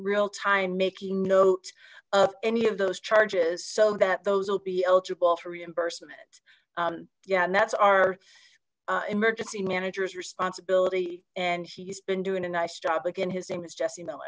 real time making note of any of those charges so that those will be eligible for reimbursement yeah and that's our emergency managers responsibility and he's been doing a nice job again his name is jessie